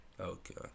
Okay